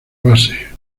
base